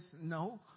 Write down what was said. no